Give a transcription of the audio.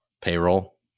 Payroll